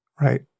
Right